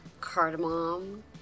Cardamom